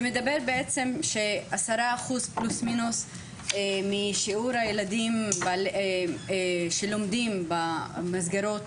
שקובע ש-10% פלוס מינוס משיעור הילדים שלומדים במסגרות